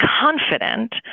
confident